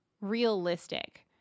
realistic